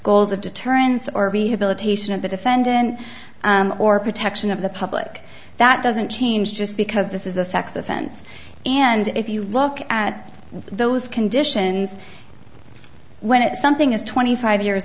goals of deterrence or rehabilitation of the defendant or protection of the public that doesn't change just because this is a sex offense and if you look at those conditions when it's something is twenty five years